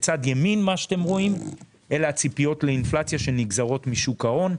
בצד ימין אלה הציפיות לאינפלציה שנגזרות משוק ההון,